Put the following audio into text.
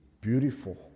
beautiful